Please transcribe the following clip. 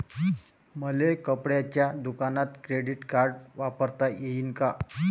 मले कपड्याच्या दुकानात क्रेडिट कार्ड वापरता येईन का?